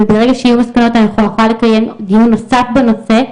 וברגע שיהיו מסקנות אנחנו נוכל לקיים דיון נוסף בנושא,